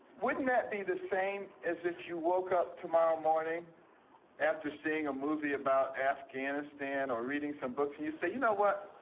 wouldn't that be the same as if you woke up tomorrow morning after seeing a movie about afghanistan or reading some books, and you say, you know what?